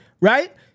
right